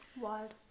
wild